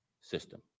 system